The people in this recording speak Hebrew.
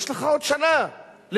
יש לך עוד שנה למשול,